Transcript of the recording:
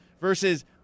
versus